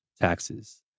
taxes